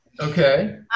Okay